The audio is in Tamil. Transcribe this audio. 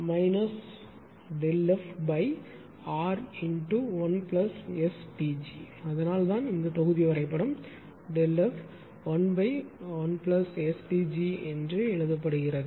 1STg அதனால் தான் இந்த தொகுதி வரைபடம் ΔF 11STg எழுதப்பட்டுள்ளது